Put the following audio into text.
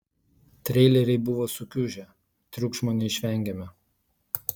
treileriai buvo sukiužę triukšmo neišvengėme